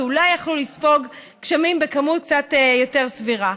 שאולי יכלו לספוג גשמים בכמות קצת יותר סבירה.